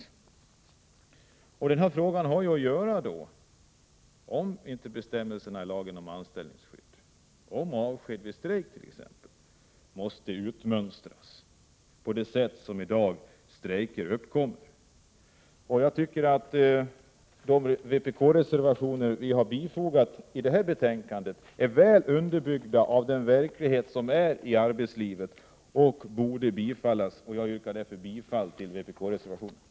Med tanke på det sätt på vilket strejker uppkommer i dag är frågan den, om inte de bestämmelser i lagen om anställningsskydd som gäller avsked vid strejk måste utmönstras. 3 Jag tycker att de vpk-reservationer som vi har fogat till detta betänkande är väl underbyggda av den verklighet som finns i arbetslivet och borde bifallas. Jag yrkar därför bifall till vpk-reservationerna.